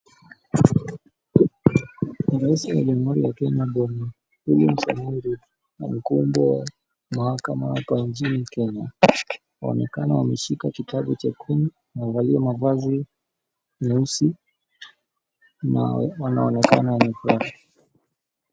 Rais wa Jamhuri ya Kenya bwana William Samoei Ruto na mkubwa wa mahakama hapa inchini waonekana wameshika kitabu chekundu, wamevalia mavazi meusi na wanaonekana wamefurahi.